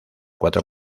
cuatro